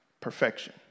perfection